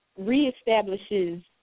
reestablishes